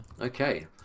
Okay